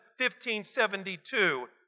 1572